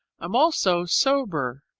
i'm also soberer.